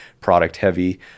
product-heavy